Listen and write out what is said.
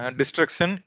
destruction